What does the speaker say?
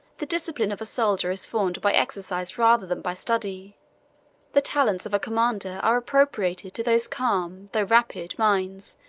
the discipline of a soldier is formed by exercise rather than by study the talents of a commander are appropriated to those calm, though rapid, minds,